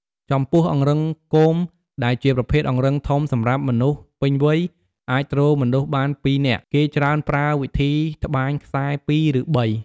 ចំពោះអង្រឹងគម ដែលជាប្រភេទអង្រឹងធំសម្រាប់មនុស្សពេញវ័យ អាចទ្រមនុស្សបានពីរនាក់ គេច្រើនប្រើវិធីត្បាញខ្សែរ ២ ឬ ៣ ។